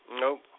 Nope